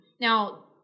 now